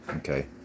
Okay